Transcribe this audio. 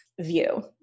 view